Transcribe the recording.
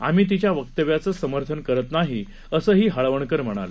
आम्ही तिच्या वक्तव्याचं समर्थन करत नाही असंही हाळवणकर म्हणाले